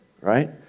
right